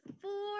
four